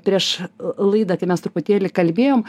prieš laidą tai mes truputėlį kalbėjom